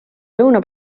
lõuna